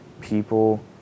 People